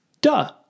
Duh